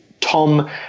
Tom